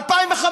2015,